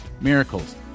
miracles